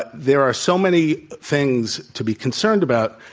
but there are so many things to be concerned about.